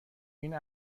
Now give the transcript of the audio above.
این